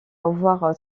avoir